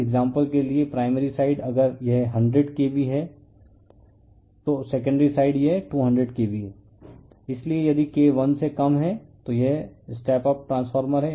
example के लिए primary side अगर यह 100KB है तो सेकेंडरी साइड यह 200KB है इसलिए यदि K वन से कम है तो यह स्टेप अप ट्रांसफॉर्मर है